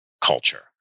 culture